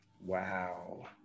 Wow